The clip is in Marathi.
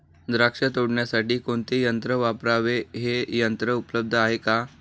द्राक्ष तोडण्यासाठी कोणते यंत्र वापरावे? हे यंत्र उपलब्ध आहे का?